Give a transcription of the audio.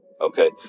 Okay